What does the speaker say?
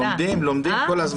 לומדים כל הזמן.